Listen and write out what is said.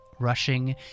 rushing